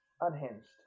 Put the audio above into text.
unhinged